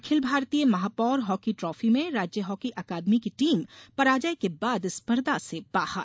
अखिल भारतीय महापौर hockey trophy में राज्य हॉकी अकादमी की टीम पराजय के बाद स्पर्धा से बाहर